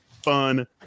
fun